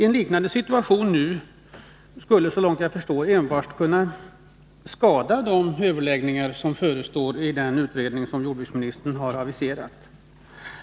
En liknande situation nu skulle, såvitt jag förstår, enbart kunna skada de överläggningar som förestår i den utredning som jordbruksministern har aviserat.